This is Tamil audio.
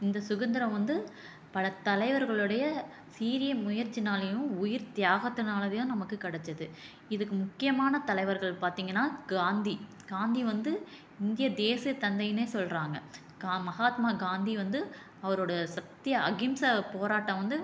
இந்த சுதந்திரம் வந்து பல தலைவர்களோடைய சீரிய முயற்சினாலேயும் உயிர்த் தியாகத்துனாலேயும் நமக்கு கெடைச்சிது இதுக்கு முக்கியமான தலைவர்கள் பார்த்திங்கனா காந்தி காந்தி வந்து இந்திய தேச தந்தைனே சொல்கிறாங்க கா மஹாத்மா காந்தி வந்து அவரோட சத்ய அகிம்சை போராட்டம் வந்து